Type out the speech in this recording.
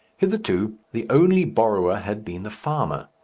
hitherto the only borrower had been the farmer,